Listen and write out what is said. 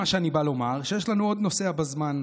מה שאני בא לומר הוא שיש לנו עוד נוסע בזמן.